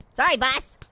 sorry, bus.